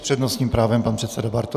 S přednostním právem pan předseda Bartoš.